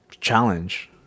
challenge